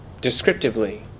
descriptively